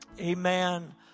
Amen